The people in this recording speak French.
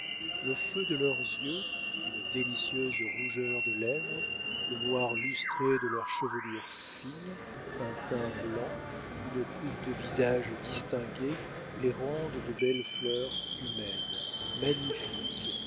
le feu de leurs yeux une délicieuse rougeur de lèvres le noir lustré de leur chevelure fine un teint blanc une coupe de visage distinguée les rendent de belles fleurs humaines magnifiques